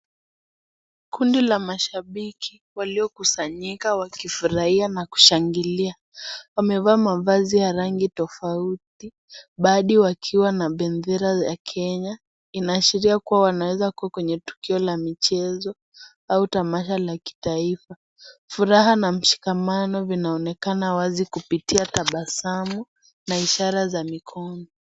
Kundi la mashabiki waliokusanyika na kufurahia na kushangilia. Wamevaa mavazi ya rangi tofauti, baadhi wakiwa na bendera ya Kenya, Inaashiria kuwa wanawezakuwa kwenye tukio la michezo, au tamasha la kimataifa. Furaha na mshikamano vinaonekana wazi kupitia tabasamu na ishara za mikono.